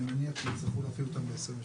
אני מניח שיצטרכו להפעיל אותן ב-2027.